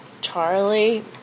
Charlie